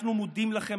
אנחנו מודים לכם,